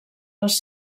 les